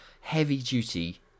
heavy-duty